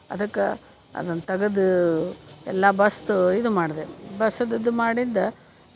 ಅದಕ್ಕೆ ಅದನ್ನ ತಗ್ದು ಎಲ್ಲ ಬಸ್ದು ಇದು ಮಾಡ್ದೆ ಬಸಿದಿದ್ದು ಮಾಡಿದ್ದೆ